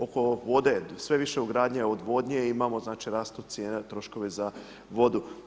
Oko vode sve više ugradnja odvodnje imamo, znači rastu cijene troškovi za vodu.